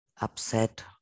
upset